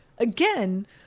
Again